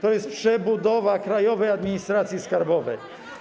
To jest przebudowa Krajowej Administracji Skarbowej.